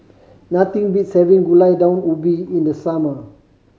nothing beats having Gulai Daun Ubi in the summer